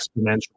exponential